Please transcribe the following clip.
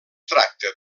tracta